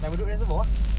ah need to cut the line sia